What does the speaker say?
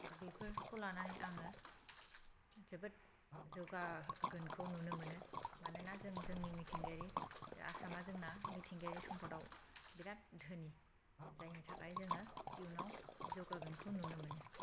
दा बेफोरखौ लानानै आङो जोबोद जौगागोनखौ नुनो मोनो मानोना जों जोंनि मिथिंगायारि आसामा जोंना मिथिंगायारि सम्पदाव बिराद धोनि जायनि थाखाय जोङो इयुनाव जौगागोनखौ नुनो मोनो